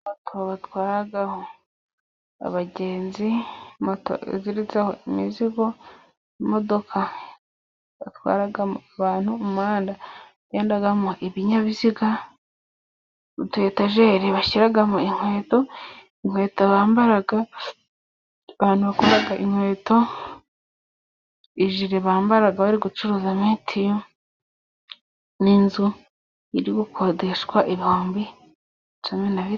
Moto batwaraho abagenzi ,moto iziritseho imizigo, imodoka batwaramo abantu, umuhanda ugendamo ibinyabiziga, utu etajeri bashyiramo inkweto ,inkweto bambara, abantu bakora inkweto , ijire bambara bari gucuruza mitiyu ,n'inzu iri gukodeshwa ibihumbi cumi na bi....